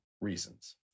reasons